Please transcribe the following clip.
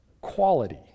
quality